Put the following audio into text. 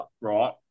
right